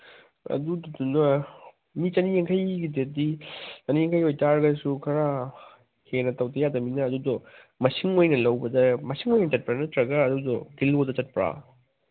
ꯑꯗꯨꯗꯨꯅ ꯃꯤ ꯆꯅꯤꯌꯥꯡꯈꯩꯒꯤꯗꯗꯤ ꯆꯅꯤꯌꯥꯡꯈꯩ ꯑꯣꯏ ꯇꯥꯔꯒꯁꯨ ꯈꯔ ꯍꯦꯟꯅ ꯇꯧꯗ ꯌꯥꯗꯝꯅꯤꯅ ꯑꯗꯨꯗꯣ ꯃꯁꯤꯡ ꯑꯣꯏꯅ ꯂꯧꯕꯗ ꯃꯁꯤꯡ ꯑꯣꯏꯅ ꯆꯠꯄ꯭ꯔꯥ ꯅꯠꯇ꯭ꯔꯒ ꯑꯗꯨꯗꯣ ꯀꯤꯂꯣꯗ ꯆꯠꯄ꯭ꯔꯥ